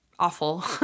awful